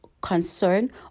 concern